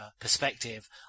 perspective